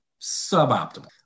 Suboptimal